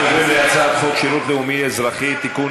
אנחנו עוברים להצעת חוק שירות לאומי-אזרחי (תיקון,